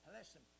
Listen